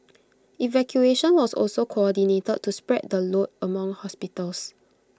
evacuation was also coordinated to spread the load among hospitals